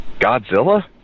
Godzilla